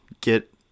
get